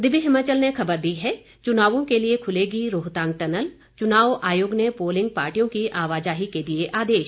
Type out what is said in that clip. दिव्य हिमाचल ने एक खबर दी है चुनावों के लिए खुलेगी रोहतांग टनल चुनाव आयोग ने पोलिंग पार्टियों की आवाजाही को दिए आदेश